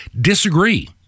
disagree